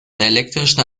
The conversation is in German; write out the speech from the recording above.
elektrischen